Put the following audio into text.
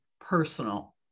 personal